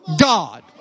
God